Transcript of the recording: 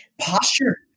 posture